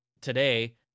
today